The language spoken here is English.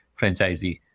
franchisee